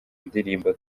indirimbo